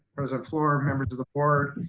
president fluor, members of the board,